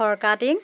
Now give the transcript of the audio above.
ফৰকাটিং